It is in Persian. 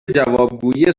جوابگویی